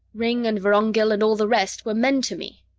ringg and vorongil and all the rest were men to me.